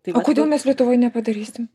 o kodėl mes lietuvoj nepadarysim